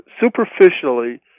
superficially